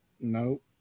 Nope